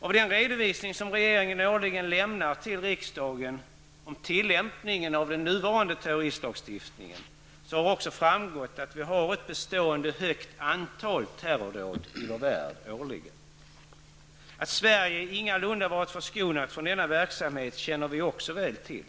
Av den redovisning som regeringen årligen lämnar till riksdagen om tillämpningen av den nuvarande terroristlagstiftningen har det också framgått att vi har ett bestående stort antal terrordåd i vår värld årligen. Att Sverige ingalunda har varit förskonat från denna verksamhet känner vi också väl till.